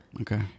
Okay